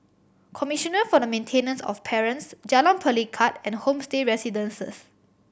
commissioner for the Maintenance of Parents Jalan Pelikat and Homestay Residences